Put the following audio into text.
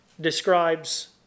describes